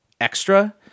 extra